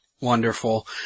Wonderful